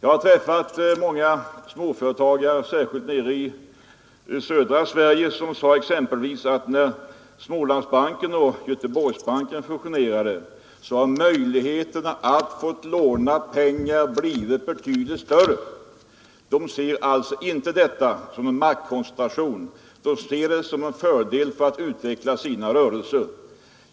Jag har träffat många småföretagare, särskilt i södra Sverige, som exempelvis sedan Smålandsbanken och Göteborgsbanken fusionerat sagt att möjligheterna att få låna pengar har blivit betydligt större. De ser alltså inte fusionen som en maktkoncentration. De ser den som en fördel när de skall utveckla sina rörelser.